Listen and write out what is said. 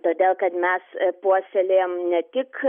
todėl kad mes puoselėjam ne tik